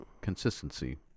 Consistency